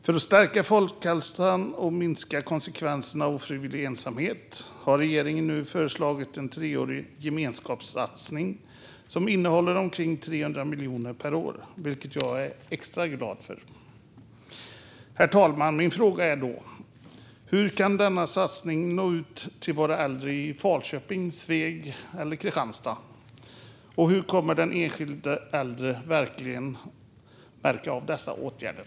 För att stärka folkhälsan och minska konsekvenserna av ofrivillig ensamhet har regeringen nu föreslagit en treårig gemenskapssatsning som innehåller omkring 300 miljoner per år, vilket jag är extra glad för. Herr talman! Min fråga är: Hur kan denna satsning nå ut till våra äldre i Falköping, Sveg eller Kristianstad, och hur kommer den enskilda äldre att märka av dessa åtgärder?